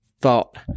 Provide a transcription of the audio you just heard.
thought